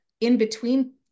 in-between